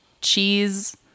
cheese